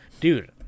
dude